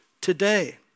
today